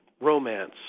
romance